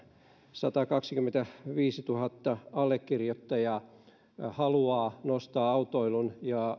satakaksikymmentäviisituhatta allekirjoittajaa haluaa nostaa esille autoilun ja